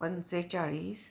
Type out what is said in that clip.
पंचेचाळीस